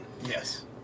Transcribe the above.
yes